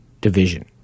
Division